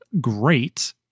great